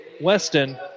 Weston